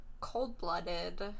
cold-blooded